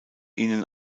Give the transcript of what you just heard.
ihnen